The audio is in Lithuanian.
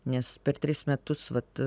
nes per tris metus vat